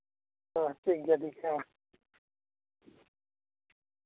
ᱦᱮᱸ ᱴᱷᱤᱠᱜᱮᱭᱟ ᱴᱷᱤᱨᱜᱮᱭᱟ